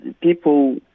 people